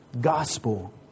gospel